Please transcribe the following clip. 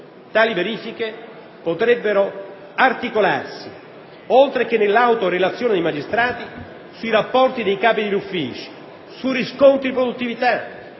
Tali verifiche potrebbero articolarsi, oltre che nell'autorelazione dei magistrati, sui rapporti dei capi degli uffici, sul riscontro di produttività,